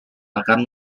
akan